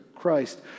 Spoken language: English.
Christ